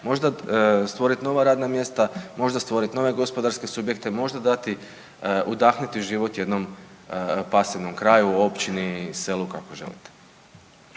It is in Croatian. možda stvorit nova radna mjesta, možda stvorit nove gospodarske subjekte, možda udahnuti život jednom pasivnom kraju, općini, selu kako želite.